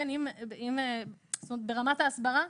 ברמת ההסברה,